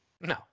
No